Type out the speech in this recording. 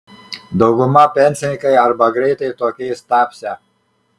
dauguma pensininkai arba greitai tokiais tapsią